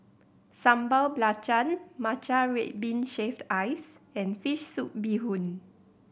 Sambal Belacan matcha red bean shaved ice and fish soup bee hoon